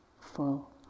full